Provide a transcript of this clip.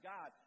God